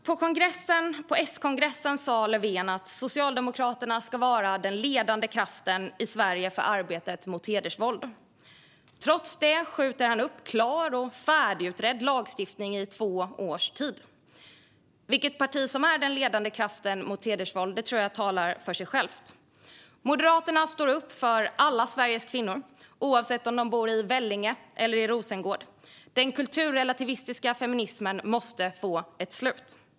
På S-kongressen sa Löfven att Socialdemokraterna ska vara den ledande kraften i Sverige i arbetet mot hedersvåld. Trots det skjuter han upp klar och färdigutredd lagstiftning i två års tid. Vilket parti som är den ledande kraften mot hedersvåld tror jag talar för sig självt. Moderaterna står upp för alla Sveriges kvinnor, oavsett om de bor i Vellinge eller i Rosengård. Den kulturrelativistiska feminismen måste få ett slut.